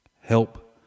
help